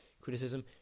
criticism